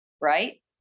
right